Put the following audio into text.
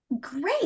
great